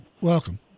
welcome